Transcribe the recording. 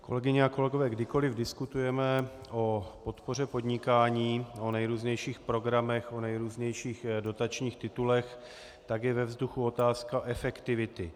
Kolegyně a kolegové, kdykoli diskutujeme o podpoře podnikání, o nejrůznějších programech, o nejrůznějších dotačních titulech, tak je ve vzduchu otázka efektivity.